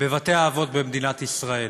בבתי-אבות במדינת ישראל.